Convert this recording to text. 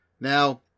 Now